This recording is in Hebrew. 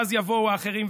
ואז יבואו האחרים.